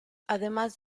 además